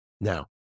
Now